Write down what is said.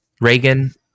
Reagan